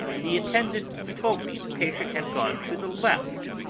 the attendant told me the patient had gone to the left,